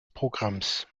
programms